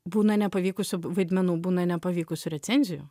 būna nepavykusių vaidmenų būna nepavykusių recenzijų